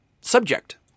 subject